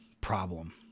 problem